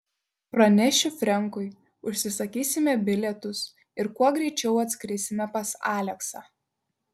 pranešiu frenkui užsisakysime bilietus ir kuo greičiau atskrisime pas aleksą